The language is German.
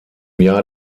jahr